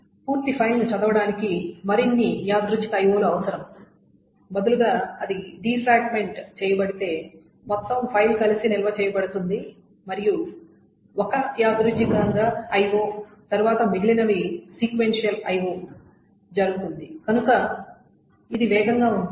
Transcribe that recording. పూర్తి ఫైల్ను చదవడానికి మరిన్ని యాదృచ్ఛిక IO లు అవసరం బదులుగా అది డిఫ్రాగ్మెంట్ చేయబడితే మొత్తం ఫైల్ కలిసి నిల్వ చేయబడుతుంది మరియు ఒక యాదృచ్ఛికంగా IO తర్వాత మిగిలినవి సీక్వెన్షియల్ IO కనుక ఇది వేగంగా ఉంటుంది